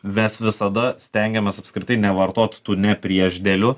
mes visada stengiamės apskritai nevartot tų ne priešdėlių